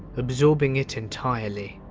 absorbing it entirely.